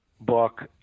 Book